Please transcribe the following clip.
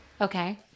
Okay